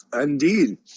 Indeed